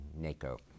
NACO